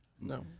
No